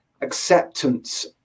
acceptance